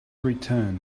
return